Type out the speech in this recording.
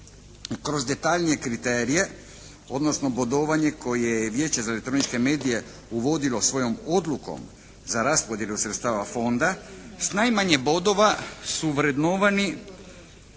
Kroz detaljnije kriterije odnosno bodovanje koje je Vijeće za elektroničke medije uvodilo svojom odlukom za raspodjelu sredstava Fonda s najmanje bodova su vrednovani